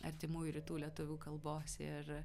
artimųjų rytų lietuvių kalbos ir